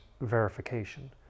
verification